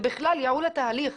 ובכלל ייעול התהליך.